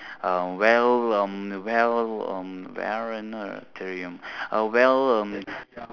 uh well um well um uh well um